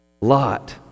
Lot